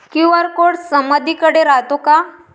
QR code समदीकडे रायतो का?